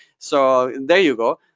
so there you go.